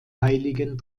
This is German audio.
heiligen